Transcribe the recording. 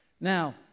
Now